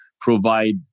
provide